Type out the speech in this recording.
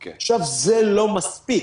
עכשיו, זה לא מספיק.